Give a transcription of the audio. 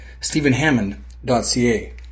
stephenhammond.ca